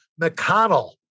McConnell